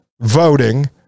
voting